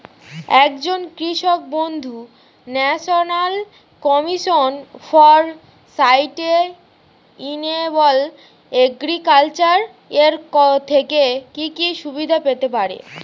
একজন কৃষক বন্ধু national commission for sustainable agriculture এর থেকে কি কি সুবিধা পেতে পারে?